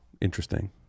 interesting